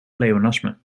pleonasme